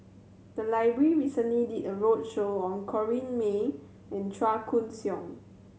the library recently did a roadshow on Corrinne May and Chua Koon Siong